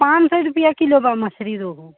पाँच सौ रुपया किलो बा मछली रोहू